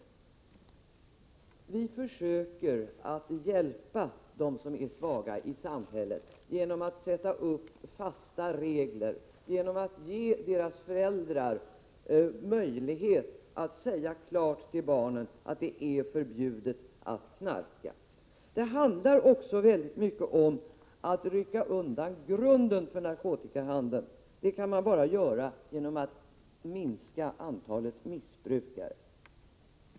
Men vi försöker att hjälpa dem som är svaga i samhället genom att sätta upp fasta regler, och genom att ge deras föräldrar möjlighet att säga klart till sina barn att det är förbjudet att knarka. Det handlar också mycket om att rycka undan grunden för narkotikahandeln. Det kan man göra bara genom att minska antalet missbrukare.